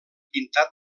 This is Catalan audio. pintat